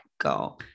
go